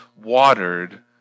watered